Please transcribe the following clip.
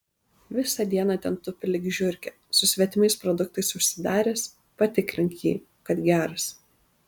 visą dieną ten tupi lyg žiurkė su svetimais produktais užsidaręs patikrink jį kad geras